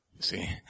See